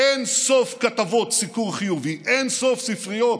אין-סוף כתבות סיקור חיובי, אין סוף ספריות,